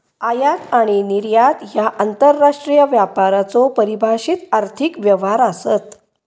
आयात आणि निर्यात ह्या आंतरराष्ट्रीय व्यापाराचो परिभाषित आर्थिक व्यवहार आसत